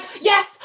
Yes